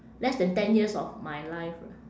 less than ten years of my life ah